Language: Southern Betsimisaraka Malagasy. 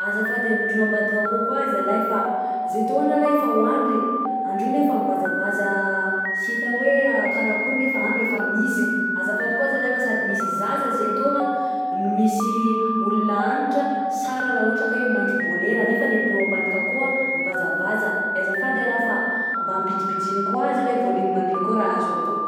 Azafady amindreo ambadika akao koa zalahy! _x000D_ Fa zahay tô agne lahy efa hoandry e, andreo anefa mivazavaza sy hita hoe a karakory, nefa andro efa mizina. _x000D_ Azafady kô zalahy fa sady misy zaza zay tao a no misy olona antitra! _x000D_ Sara raha ohatra ka hoe mandry bônera nefa andrô ambadika akao mivazavaza, de azafady a raha fa mba ampidimpidino koa zalah volume andreo akao raha azo atao.